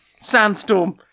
Sandstorm